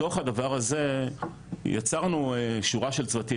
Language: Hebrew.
מתוך הדבר הזה יצרנו שורה של צוותים